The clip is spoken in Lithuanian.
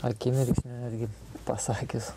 akimirksniu netgi pasakius